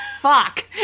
Fuck